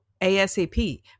ASAP